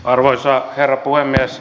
arvoisa herra puhemies